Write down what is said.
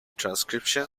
transcription